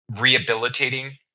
rehabilitating